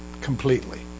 completely